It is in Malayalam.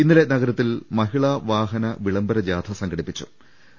ഇന്നലെ നഗരത്തിൽ മഹിളാ വാഹന വിളം ബര ജാഥ സംഘടിപ്പിച്ചിരുന്നു